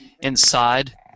inside